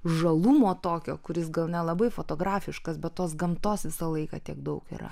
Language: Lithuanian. žalumo tokio kuris gal nelabai fotografiškas bet tos gamtos visą laiką tiek daug yra